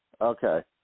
Okay